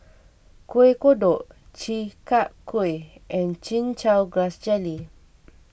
Kueh Kodok Chi Kak Kuih and Chin Chow Grass Jelly